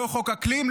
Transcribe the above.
לא חוק האקלים,